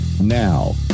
Now